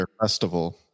festival